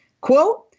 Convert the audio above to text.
Quote